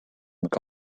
que